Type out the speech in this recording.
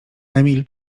emil